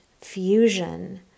fusion